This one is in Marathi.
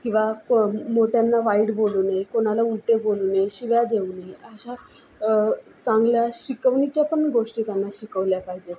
किंवा प मोठ्यांना वाईट बोलू नये कुणाला उलटे बोलू नये शिव्या देऊ नये अशा चांगल्या शिकवणीच्या पण गोष्टी त्यांना शिकवल्या पाहिजेत